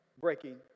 breaking